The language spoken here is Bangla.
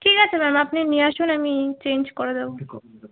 ঠিক আছে ম্যাম আপনি নিয়ে আসুন আমি চেঞ্জ করে দেবো